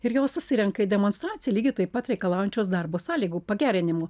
ir jos susirenka į demonstraciją lygiai taip pat reikalaujančios darbo sąlygų pagerinimų